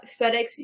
FedEx